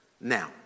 Now